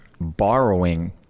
borrowing